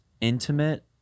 intimate